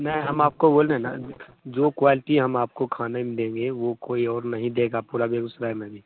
नहीं हम आपको बोले न ज जो क्वैलिटी हम आपको खाने म देंगे वह कोई और नहीं देगा पूरा बेगूसराय में भी